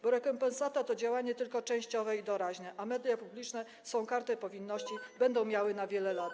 Bo rekompensata to działanie tylko częściowe i doraźne, a media publiczne swą kartę powinności będą miały na wiele lat.